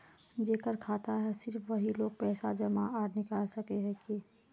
जेकर खाता है सिर्फ वही लोग पैसा जमा आर निकाल सके है की?